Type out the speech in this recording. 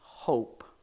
Hope